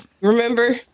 Remember